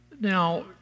now